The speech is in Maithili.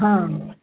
हँ